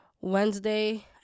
wednesday